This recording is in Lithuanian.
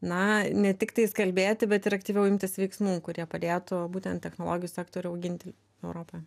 na ne tiktais kalbėti bet ir aktyviau imtis veiksmų kurie padėtų būtent technologijų sektorių auginti europoj